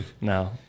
No